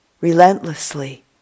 relentlessly